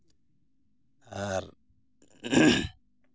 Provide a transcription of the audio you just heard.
ᱟᱨ